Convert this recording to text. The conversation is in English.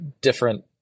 different